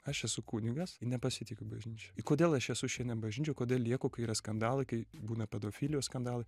aš esu kunigas ir nepasitikiu bažnyčia ir kodėl aš esu šiandien bažnyčioj kodėl lieku kai yra skandalai kai būna pedofilijos skandalai